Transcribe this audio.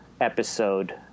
episode